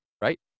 right